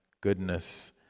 goodness